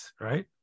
right